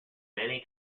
many